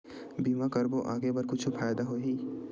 बीमा करबो आगे बर कुछु फ़ायदा होही?